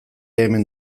hemen